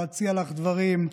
להציע לך דברים,